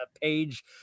Page